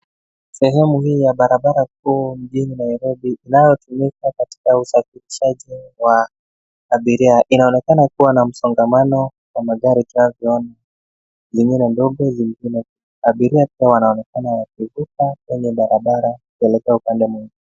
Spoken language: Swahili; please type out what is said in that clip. Sehemu hii ya barabara kuu jijini Nairobi inayotumika katika usafishaji wa abiria. Inaonekana kuwa na msongamano wa magari tunavyoona, zingine ndogo, zingine kubwa. Abiria wanaonekana wakipita kando ya barabara kuelekea upande mwingine.